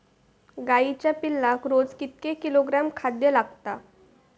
गाईच्या पिल्लाक रोज कितके किलोग्रॅम खाद्य लागता?